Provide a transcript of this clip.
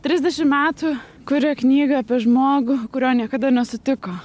trisdešimt metų kuria knygą apie žmogų kurio niekada nesutiko